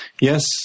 Yes